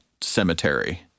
cemetery